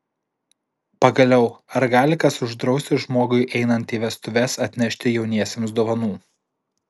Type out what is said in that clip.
pagaliau ar gali kas uždrausti žmogui einant į vestuves atnešti jauniesiems dovanų